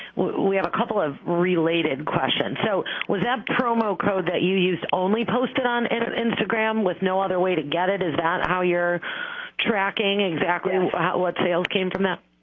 we have a couple of related questions. so, was that promo code that you used only posted on and and instagram with no other way to get it? is that how you're tracking exactly and what sales came from that?